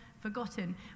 forgotten